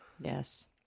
Yes